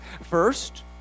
First